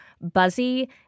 buzzy